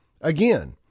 Again